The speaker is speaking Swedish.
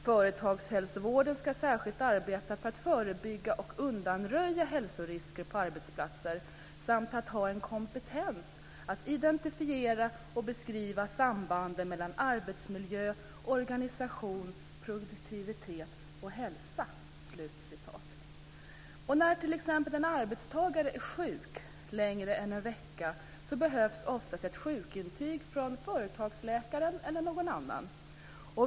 Företagshälsovården ska särskilt arbeta för att förebygga och undanröja hälsorisker på arbetsplatser samt ha en kompetens att identifiera och beskriva sambanden mellan arbetsmiljö, organisation, produktivitet och hälsa. När t.ex. en arbetstagare är sjuk längre än en vecka behövs oftast ett sjukintyg från företagsläkaren eller någon annan.